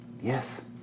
Yes